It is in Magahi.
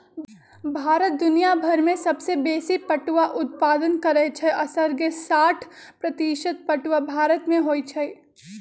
भारत दुनियाभर में सबसे बेशी पटुआ उत्पादन करै छइ असग्रे साठ प्रतिशत पटूआ भारत में होइ छइ